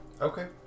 Okay